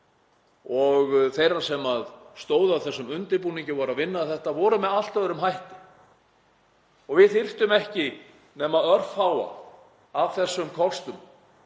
og þeirra sem stóðu að þessum undirbúningi og voru að vinna þetta voru með allt öðrum hætti? Við þyrftum ekki nema örfáa af þessum kostum